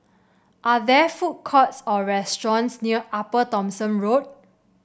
are there food courts or restaurants near Upper Thomson Road